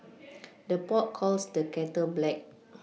the pot calls the kettle black